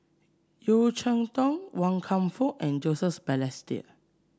Yeo Cheow Tong Wan Kam Fook and Joseph Balestier